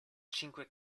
cinque